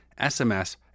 SMS